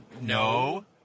no